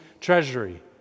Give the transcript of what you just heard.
treasury